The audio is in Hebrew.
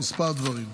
כמה דברים.